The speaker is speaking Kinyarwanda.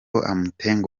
amoateng